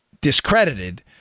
discredited